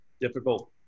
difficult